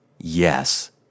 yes